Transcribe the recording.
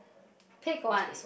pick one